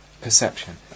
perception